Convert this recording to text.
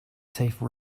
save